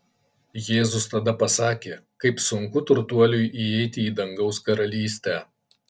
jėzus tada pasakė kaip sunku turtuoliui įeiti į dangaus karalystę